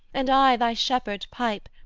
and i thy shepherd pipe,